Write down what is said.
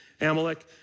Amalek